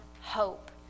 hope